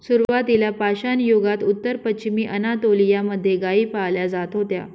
सुरुवातीला पाषाणयुगात उत्तर पश्चिमी अनातोलिया मध्ये गाई पाळल्या जात होत्या